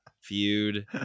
Feud